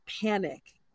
panic